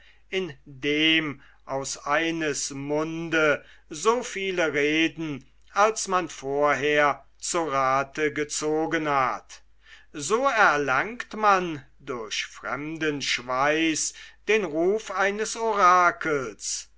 indem aus eines munde so viele reden als man vorher zu rathe gezogen hat so erlangt man durch fremden schweiß den ruf eines orakels